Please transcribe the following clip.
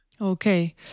Okay